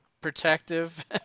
protective